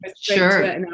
Sure